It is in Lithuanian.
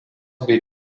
bei